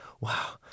wow